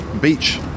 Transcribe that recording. beach